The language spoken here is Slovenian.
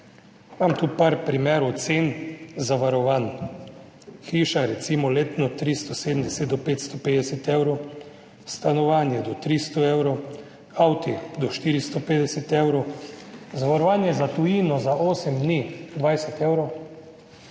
imam nekaj primerov cen zavarovanj. Hiša recimo letno 370 do 550 evrov, stanovanje do 300 evrov, avti do 450 evrov, zavarovanje za tujino za osem dni 20 evrov,